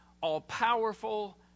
all-powerful